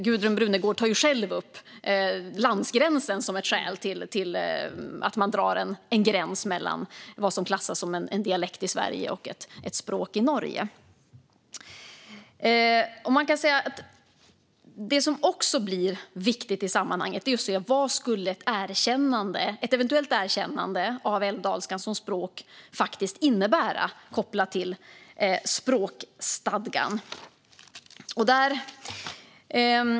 Gudrun Brunegård tar själv upp landsgräns som ett skäl till att klassa något som dialekt eller språk. Det som också är viktigt i sammanhanget är att se vad ett eventuellt erkännande av älvdalskan som språk skulle innebära kopplat till språkstadgan.